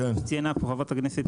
כפי שציינה חברת הכנסת פרקש.